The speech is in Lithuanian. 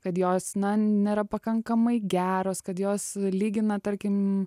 kad jos na nėra pakankamai geros kad jos lygina tarkim